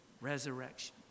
resurrection